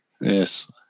Yes